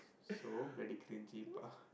so very cringy pa